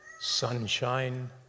sunshine